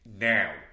now